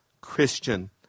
Christian